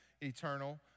eternal